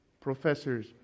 professors